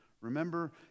Remember